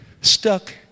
Stuck